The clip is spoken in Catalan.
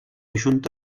junta